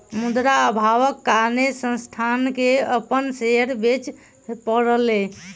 मुद्रा अभावक कारणेँ संस्थान के अपन शेयर बेच पड़लै